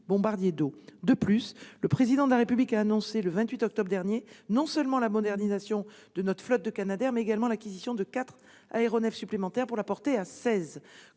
bombardiers d'eau. De plus, le Président de la République a annoncé, le 28 octobre dernier, non seulement la modernisation de notre flotte de Canadairs, mais également l'acquisition de quatre aéronefs supplémentaires pour porter à